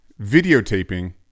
videotaping